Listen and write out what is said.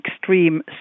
extreme